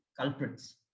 culprits